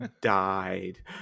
died